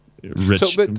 Rich